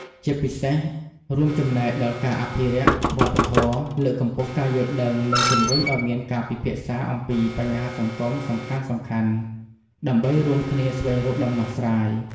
ជាពិសេសរួមចំណែកដល់ការអភិរក្សវប្បធម៌ លើកកម្ពស់ការយល់ដឹង និងជំរុញឱ្យមានការពិភាក្សាអំពីបញ្ហាសង្គមសំខាន់ៗ ដើម្បីរួមគ្នាស្វែងរកដំណោះស្រាយ។